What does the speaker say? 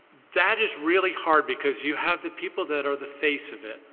that is really hard because you have the people that are the face of it,